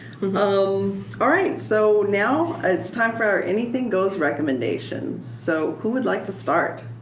um alright, so now it's time for our anything goes recommendations. so who would like to start?